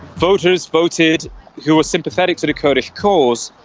voters voted who were sympathetic to the kurdish cause,